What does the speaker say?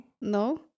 no